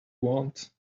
want